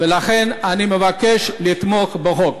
לכן אני מבקש לתמוך בחוק.